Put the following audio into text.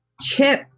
Chip